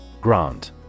Grant